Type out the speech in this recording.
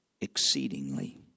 exceedingly